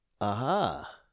Aha